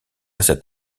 cet